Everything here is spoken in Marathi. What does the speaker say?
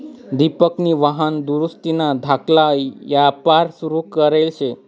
दिपकनी वाहन दुरुस्तीना धाकला यापार सुरू करेल शे